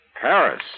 Paris